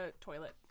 Toilet